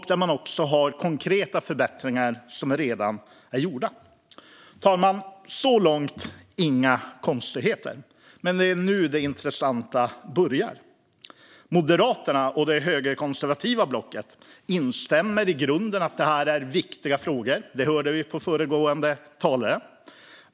Konkreta förbättringar har också redan gjorts. Herr talman! Så långt inga konstigheter. Men det är nu det intressanta börjar. Moderaterna och det högerkonservativa blocket instämmer i grunden i att det här är viktiga frågor. Det hörde vi av föregående talare.